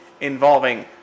involving